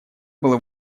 была